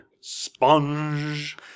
Sponge